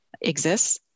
exists